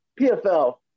PFL